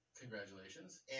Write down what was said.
Congratulations